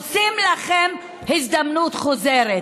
עושים לכם הזדמנות חוזרת.